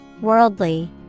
Worldly